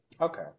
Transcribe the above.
Okay